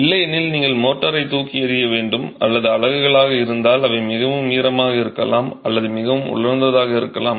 இல்லையெனில் நீங்கள் மோர்டாரை தூக்கி எறிய வேண்டும் அல்லது அலகுகளாக இருந்தால் அவை மிகவும் ஈரமாக இருக்கலாம் அல்லது மிகவும் உலர்ந்ததாக இருக்கலாம்